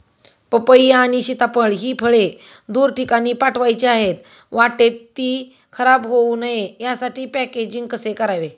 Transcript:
पपई आणि सीताफळ हि फळे दूर ठिकाणी पाठवायची आहेत, वाटेत ति खराब होऊ नये यासाठी पॅकेजिंग कसे करावे?